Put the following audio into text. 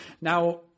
Now